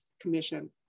commission